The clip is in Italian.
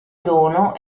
dono